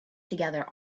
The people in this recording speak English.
together